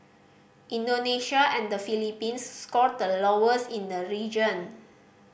Indonesia and the Philippines scored the lowest in the region